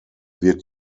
wird